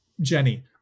Jenny